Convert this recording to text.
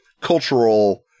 cultural